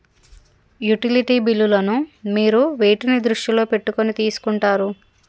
Utility బిల్లులను మీరు వేటిని దృష్టిలో పెట్టుకొని తీసుకుంటారు?